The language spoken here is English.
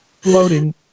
floating